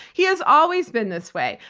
he has always been this way.